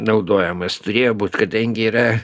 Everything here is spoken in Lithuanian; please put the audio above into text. naudojamas turėjo būt kadangi yra